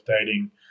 dating